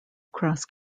cross